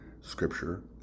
scripture